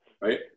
Right